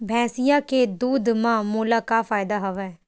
भैंसिया के दूध म मोला का फ़ायदा हवय?